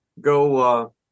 go